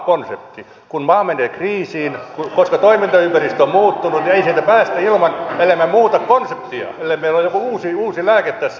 kun maa menee kriisiin ja toimintaympäristö on muuttunut ei sieltä päästä ellemme muuta konseptia ellei meillä ole joku uusi lääke tässä